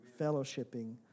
fellowshipping